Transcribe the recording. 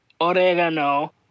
oregano